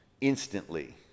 instantly